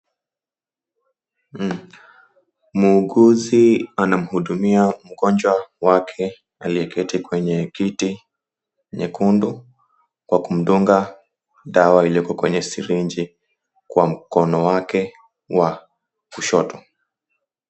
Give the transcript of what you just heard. Muuguzi anamhudumia mgonjwa wake, aliyeketi kwenye kiti nyekundu, kwa kumdunga dawa iliyoko kwenye sirinji kwa mkono wake wa kushoto.